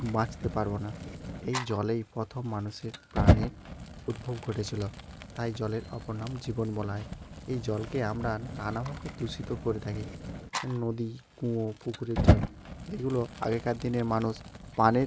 বাঁচতে পারবো না এই জলেই প্রথম মানুষের প্রাণের উদ্ভব ঘটেছিলো তাই জলের অপর নাম জীবন বলা হয় এই জলকে আমরা নানাভাবে দূষিত করে থাকি নদী কুয়ো পুকুরের জল এগুলো আগেকার দিনের মানুষ পানের